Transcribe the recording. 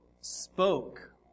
spoke